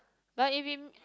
my if in